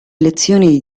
lezioni